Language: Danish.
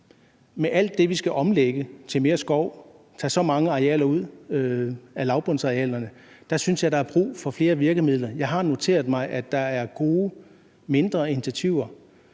med alt det, vi skal omlægge til mere skov, tage så mange af lavbundsarealerne ud, synes jeg, der er brug for flere virkemidler. Jeg har noteret mig, at der er gode, mindre initiativer